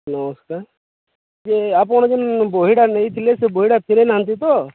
ନମସ୍କାର୍ ଯେ ଆପଣ ଯେଉଁ ବହିଟା ନେଇଥିଲେ ସେ ବହିଟା ଫେରେଇ ନାହାନ୍ତି ତ